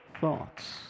thoughts